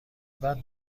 بعد